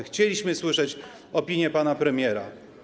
Chcieliśmy usłyszeć opinię pana premiera.